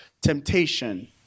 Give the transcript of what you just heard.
temptation